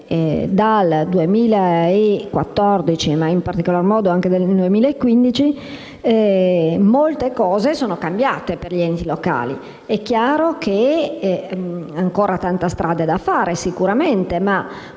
dal 2014, ma in particolare nel 2015, molte cose sono cambiate per gli enti locali. È chiaro che ancora tanta strada è da fare, ma molto